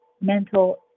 mental